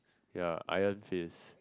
ya Iron Fist